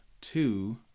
Two